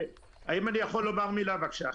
והייתי שאנחנו סוגרים את זה.